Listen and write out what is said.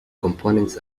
components